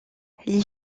les